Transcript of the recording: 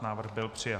Návrh byl přijat.